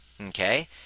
okay